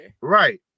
Right